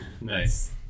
Nice